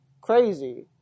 crazy